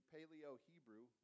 Paleo-Hebrew